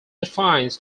defines